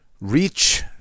reach